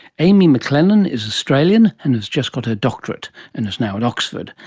amy mclennan is australian and has just got her doctorate and is now in oxford.